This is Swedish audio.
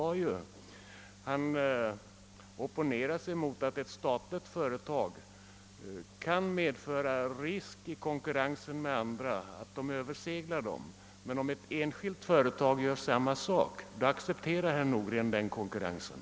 Jag undrade varför herr Nordgren ansåg att ett statligt företag kan utgöra en risk i konkurrensen för andra företag, medan han accepterar konkurrensen om den kommer från ett enskilt företag.